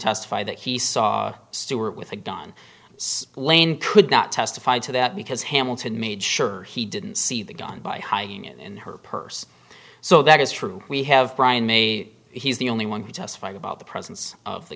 testified that he saw stewart with a gun blain could not testify to that because hamilton made sure he didn't see the gun by hiding it in her purse so that is true we have brian may he's the only one who testified about the presence of the